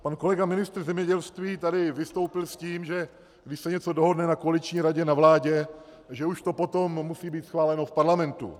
Pan kolega ministr zemědělství tady vystoupil s tím, že když se něco dohodne na koaliční radě na vládě, že už to potom musí být schváleno v parlamentu.